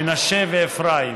מנשה ואפרים.